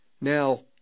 Now